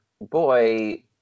boy